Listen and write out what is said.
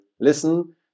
listen